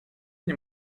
nie